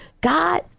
God